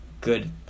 good